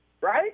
right